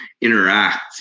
interact